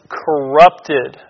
corrupted